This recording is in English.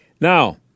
Now